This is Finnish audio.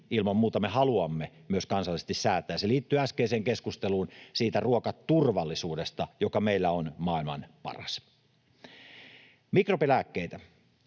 ilman muuta haluamme myös kansallisesti säätää. Se liittyy äskeiseen keskusteluun ruokaturvallisuudesta, joka meillä on maailman paras. Mikrobilääkkeet,